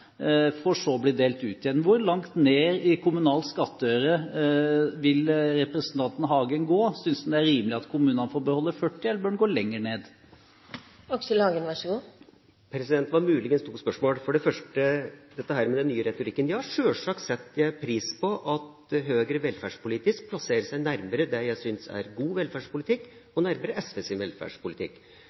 for så å bli delt ut igjen. Hvor langt ned i kommunal skattøre vil representanten Hagen gå? Synes han det er rimelig at kommunene får beholde 40 pst., eller bør man gå lenger ned? Det var muligens to spørsmål. For det første dette med den nye retorikken: Ja, sjølsagt setter jeg pris på at Høyre velferdspolitisk plasserer seg nærmere det jeg synes er god velferdspolitikk og nærmere SVs velferdspolitikk.